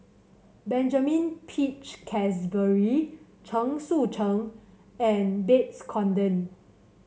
Benjamin Peach Keasberry Chen Sucheng and Babes Conde